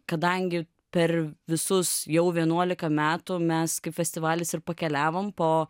kadangi per visus jau vienuolika metų mes kaip festivalis ir pakeliavom po